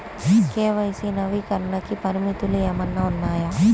KYC నవీకరణకి పరిమితులు ఏమన్నా ఉన్నాయా?